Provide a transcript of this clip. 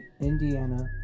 Indiana